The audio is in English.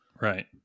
Right